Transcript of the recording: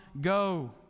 go